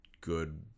good